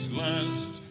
last